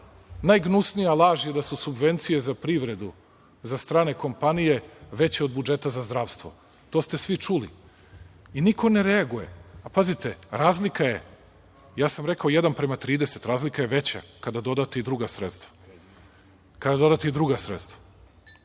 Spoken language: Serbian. Najgnusnija laž je da su subvencije za privredu za strane kompanije veće od budžeta za zdravstvo. To ste svi čuli i niko ne reaguje. Pazite, razlika je, ja sam rekao 1:30, razlika je veća kada dodate i druga sredstva. Zamislite da slažete